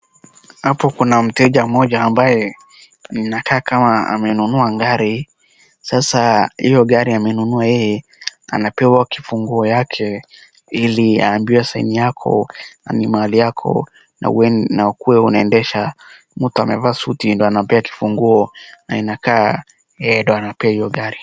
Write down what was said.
Hapo kuna mteja mmoja ambaye anakaa kama amenunua gari sasa hiyo gari amenunua yeye anapewa kifunguo yake ili aambiwe sa hii ni yako na ni mali yako na ukue unaendesha, mtu amevaa suti ndio anampea kifunguo na inakaa yeye ndio anapea hiyo gari.